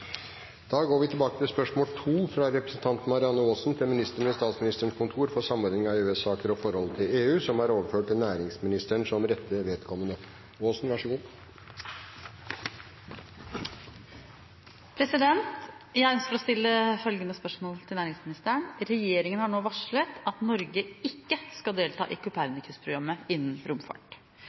Da går vi tilbake til spørsmål 2. Dette spørsmålet, fra representanten Marianne Aasen til ministeren ved Statsministerens kontor for samordning av EØS-saker og forholdet til EU, er overført til næringsministeren som rette vedkommende. Jeg ønsker å stille følgende spørsmål til næringsministeren: «Regjeringen har nå varslet at Norge ikke skal delta i Copernicus-programmet innen romfart.